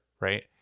right